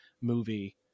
movie